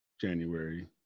January